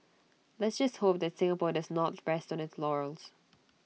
let's just hope that Singapore does not rest on its laurels